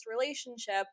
relationship